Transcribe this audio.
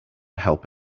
help